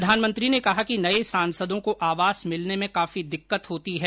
प्रधानमंत्री ने कहा कि नये सांसदों को आवास मिलने में काफी दिक्कत होती है